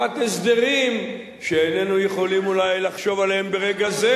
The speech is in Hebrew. תחת הסדרים שאיננו יכולים אולי לחשוב עליהם ברגע זה,